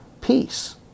peace